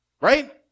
Right